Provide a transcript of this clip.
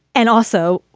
and also,